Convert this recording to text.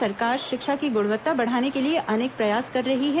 राज्य सरकार शिक्षा की गुणवत्ता बढ़ाने के लिए अनेक प्रयास कर रही है